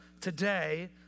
today